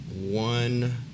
one